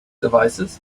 devices